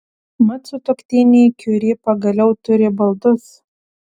mat sutuoktiniai kiuri pagaliau turi baldus